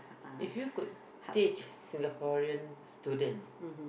if you could teach Singaporean student